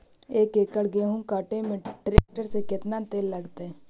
एक एकड़ गेहूं काटे में टरेकटर से केतना तेल लगतइ?